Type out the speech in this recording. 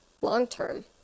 long-term